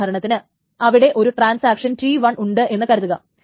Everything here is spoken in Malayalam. ഉദാഹരണത്തിന് ഇവിടെ ഒരു ട്രാൻസാക്ഷൻ T1 ഉണ്ട് എന്ന് കരുതുക